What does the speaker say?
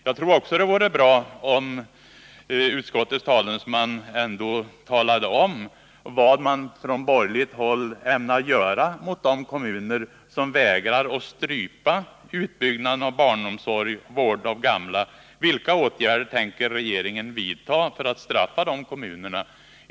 Jag tror också att det vore bra om utskottets talesman ville tala om vad man på borgerligt håll ämnar göra med de kommuner som vägrar att strypa utbyggnaden av barnomsorgen och vården av gamla. Vilka åtgärder tänker regeringen vidta för att straffa de kommunerna?